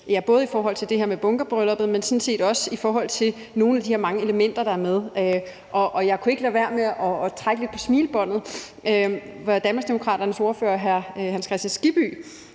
både i forhold til det her med bunkebrylluppet, men sådan set også i forhold til nogle af de mange elementer, der er med. Og jeg kunne ikke lade være med at trække lidt på smilebåndet af Danmarksdemokraternes ordfører, hr. Hans Kristian Skibby,